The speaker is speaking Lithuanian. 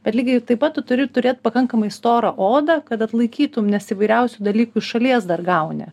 bet lygiai taip pat tu turi turėt pakankamai storą odą kad atlaikytum nes įvairiausių dalykų iš šalies dar gauni